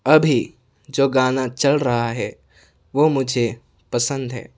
ابھی جو گانا چل رہا ہے وہ مجھے پسند ہے